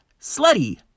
slutty